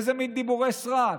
איזה מין דיבורי סרק?